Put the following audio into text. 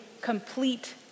complete